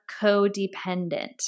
codependent